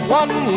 one